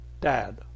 dad